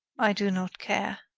i do not care.